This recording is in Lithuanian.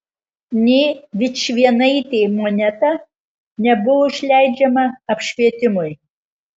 nė vičvienaitė moneta nebuvo išleidžiama apšvietimui